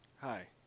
hi